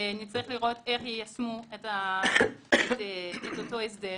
ונצטרך לראות איך יישמו את אותו הסדר,